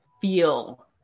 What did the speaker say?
feel